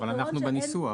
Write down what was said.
אבל אנחנו בניסוח.